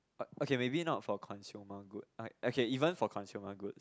okay maybe not for consumer goods okay maybe even for consumer goods